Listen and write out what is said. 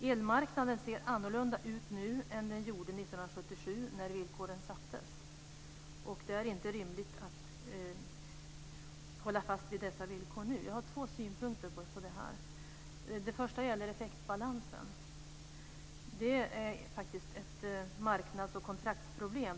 Elmarknaden ser annorlunda ut nu än den gjorde 1977 när villkoren sattes, och det är inte rimligt att hålla fast vid dessa villkor nu. Jag har två synpunkter på detta. Den första gäller effektbalansen. Det är faktiskt ett marknads och kontraktsproblem.